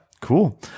Cool